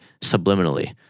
subliminally